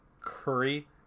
Curry